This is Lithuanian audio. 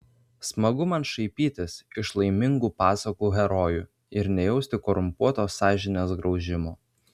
smagu man šaipytis iš laimingų pasakų herojų ir nejausti korumpuotos sąžinės graužimo